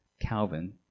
Calvin